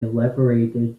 elaborated